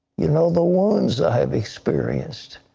you know the wounds i have experienced.